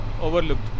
overlooked